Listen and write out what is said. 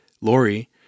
Lori